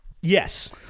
Yes